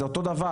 זה אותו דבר,